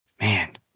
man